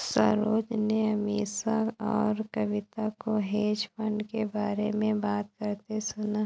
सरोज ने अमीषा और कविता को हेज फंड के बारे में बात करते सुना